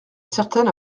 certaines